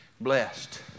blessed